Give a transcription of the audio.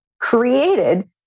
created